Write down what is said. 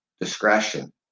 discretion